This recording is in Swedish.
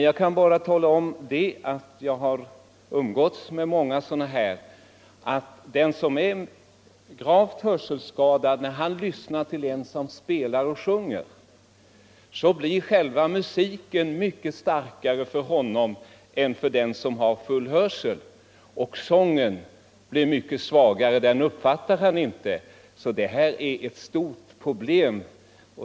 Jag kan tala om att när en gravt hörselskadad lyssnar till en person som spelar och sjunger framstår musiken som mycket starkare för den hörselskadade än för den som har full hörsel och sången mycket svagare — den uppfattar han ibland inte alls. Det här är ett stort problem.